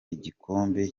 igikombe